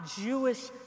Jewish